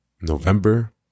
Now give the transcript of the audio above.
November